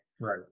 right